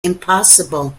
impossible